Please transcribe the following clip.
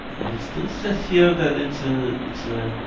and it still says here that it's ah it's a